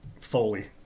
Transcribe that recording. Foley